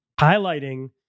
highlighting